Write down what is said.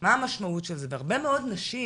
מה המשמעות של זה והרבה מאוד נשים